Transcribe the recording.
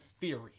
theory